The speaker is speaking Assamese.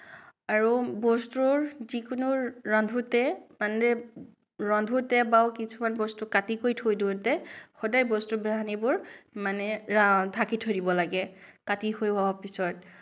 আৰু বস্তুৰ যিকোনো ৰান্ধোতে মানে ৰান্ধোতে বা কিছুমান বস্তু কাটি কৰি থৈ দিওঁতে সদায় বস্তু বাহানিবোৰ মানে ঢাকি থৈ দিব লাগে কাটি শেষ হোৱাৰ পিছত